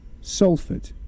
Salford